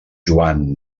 joan